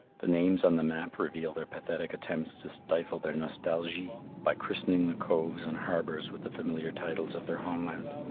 the names on the map reveal their pathetic attempts to stifle their nostalgie by christening the coves and harbours with the familiar titles of their homeland.